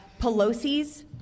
Pelosi's